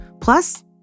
Plus